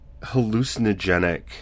hallucinogenic